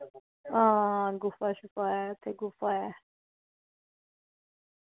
हां गुफा शुफा ऐ उत्थै गुफा ऐ